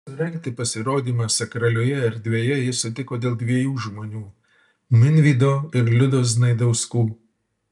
surengti pasirodymą sakralioje erdvėje jis sutiko dėl dviejų žmonių minvydo ir liudos znaidauskų